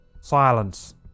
Silence